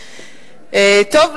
טוב,